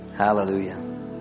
hallelujah